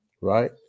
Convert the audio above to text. right